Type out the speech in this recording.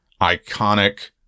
iconic